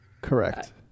Correct